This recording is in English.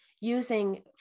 using